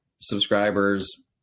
subscribers